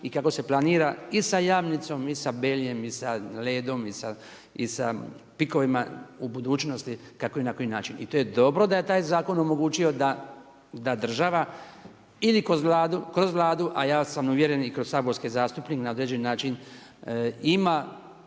i kako se planira i sa Jamnicom i sa Beljom i sa Ledom i sa Pikovima u budućnostima, kako i na koji način. I to je dobro da je taj zakon omogućio da država ili kroz Vladu, a ja sam uvjeren i kroz saborske zastupnike, na određeni način ima